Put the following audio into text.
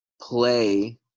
play